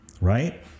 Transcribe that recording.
right